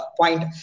point